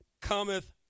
cometh